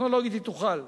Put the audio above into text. טכנולוגית היא תוכל.